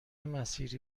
مسیری